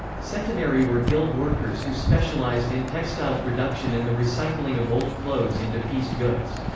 centonarii were guild workers who specialized in textile production and the recycling of old clothes into pieced goods.